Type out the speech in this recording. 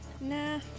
Nah